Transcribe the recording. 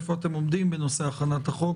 איפה אתם עומדים בנושא הכנת החוק.